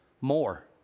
more